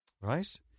Right